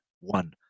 one